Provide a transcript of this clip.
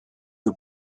que